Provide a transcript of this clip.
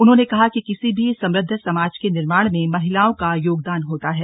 उन्होंने कहा कि किसी भी समृद्व समाज के निर्माण में महिलाओं का योगदान होता है